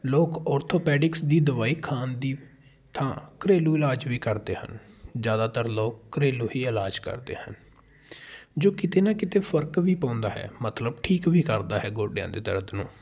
ਲੋਕ ਔਰਥੋਪੈਡਿਕਸ ਦੀ ਦਵਾਈ ਖਾਣ ਦੀ ਥਾਂ ਘਰੇਲੂ ਇਲਾਜ ਵੀ ਕਰਦੇ ਹਨ ਜ਼ਿਆਦਾਤਰ ਲੋਕ ਘਰੇਲੂ ਹੀ ਇਲਾਜ ਕਰਦੇ ਹਨ ਜੋ ਕਿਤੇ ਨਾ ਕਿਤੇ ਫ਼ਰਕ ਵੀ ਪਾਉਂਦਾ ਹੈ ਮਤਲਬ ਠੀਕ ਵੀ ਕਰਦਾ ਹੈ ਗੋਡਿਆਂ ਦੇ ਦਰਦ ਨੂੰ